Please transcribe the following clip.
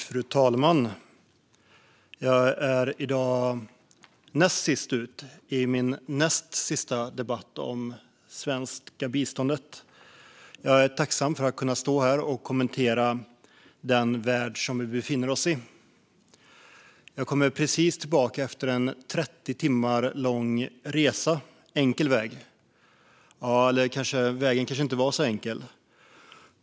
Fru talman! Jag är i dag näst sist ut i min sista debatt om det svenska biståndet. Jag är tacksam för att kunna stå här och kommentera den värld som vi befinner oss i. Jag har precis kommit tillbaka efter en 30 timmar lång resa, enkel väg. Vägen kanske förresten inte var så enkel.